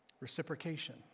Reciprocation